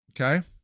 okay